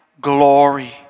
glory